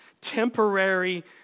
temporary